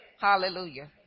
Hallelujah